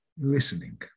listening